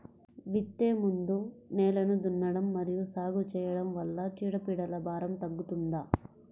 విత్తే ముందు నేలను దున్నడం మరియు సాగు చేయడం వల్ల చీడపీడల భారం తగ్గుతుందా?